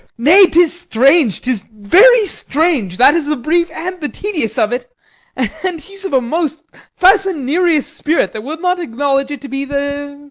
nay, tis strange, tis very strange that is the brief and the tedious of it and he's of a most facinerious spirit that will not acknowledge it to be the